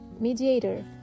mediator